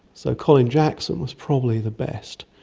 so colin jackson was probably the best.